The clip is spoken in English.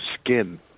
skin